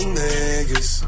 niggas